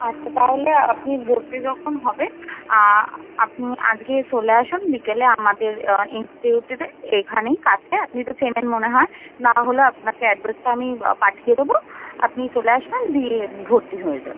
আচ্ছা তাহলে আপনি ভর্তি যখন হবেন আপনি আজকেই চলে আসুন বিকেলে আমাদের ইন্সটিটিউটে এখানেই কাছে আপনি তো চেনেন মনে হয় নাহলে আপনাকে অ্যাড্রেসটা আমি পাঠিয়ে দেবো আপনি চলে আসবেন দিয়ে ভর্তি হয়ে যান